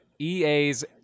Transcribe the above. EA's